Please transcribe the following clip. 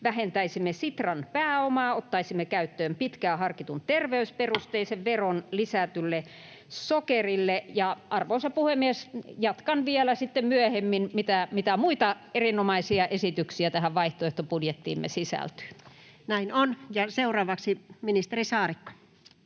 vähentäisimme Sitran pääomaa. Ottaisimme käyttöön pitkään harkitun terveysperusteisen veron lisätylle sokerille. Ja arvoisa puhemies, jatkan vielä sitten myöhemmin siitä, mitä muita erinomaisia esityksiä tähän vaihtoehtobudjettiimme sisältyy. [Speech 17] Speaker: Anu